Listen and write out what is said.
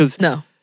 no